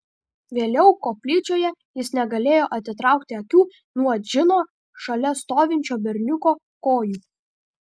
vėliau koplyčioje jis negalėjo atitraukti akių nuo džino šalia stovinčio berniuko kojų